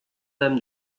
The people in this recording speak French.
dame